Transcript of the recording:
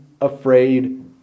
afraid